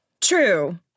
True